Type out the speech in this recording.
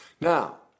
Now